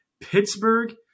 Pittsburgh